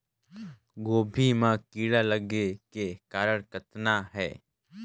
गोभी म कीड़ा लगे के कारण कतना हे?